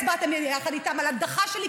הצבעתם יחד איתם על הדחה שלי,